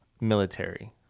military